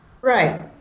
Right